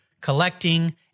collecting